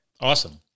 Awesome